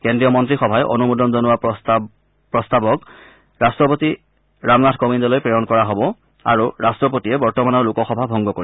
কেন্দ্ৰীয় মন্ত্ৰীসভাই অনুমোদন জনোৱা প্ৰস্তাৱক ৰাট্টপতি ৰামনাথ কবিন্দলৈ প্ৰেৰণ কৰা হ'ব আৰু ৰাষ্ট্ৰপতিয়ে বৰ্তমানৰ লোকসভা ভংগ কৰিব